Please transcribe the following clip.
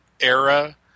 era